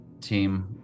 team